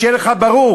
שיהיה לך ברור.